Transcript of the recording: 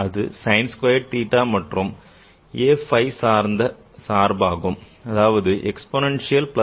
அது sin squared theta மற்றும் a phi சார்ந்த சார்பாகும் அதாவது exponential plus minus 2 i phi